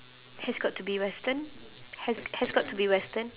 has got to be western has has got to be western